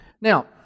Now